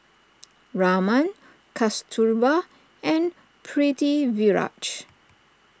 Raman Kasturba and Pritiviraj